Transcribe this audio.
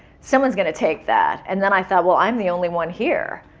someone's gonna take that. and then i thought, well, i'm the only one here.